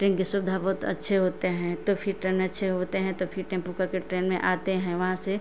train की सुविधा बहुत अच्छे होते हैं तो फिर ट्रेन अच्छे होते हैं तो फिर टेम्पू करके ट्रेन में आते हैं वहाँ से